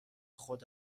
خود